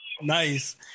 Nice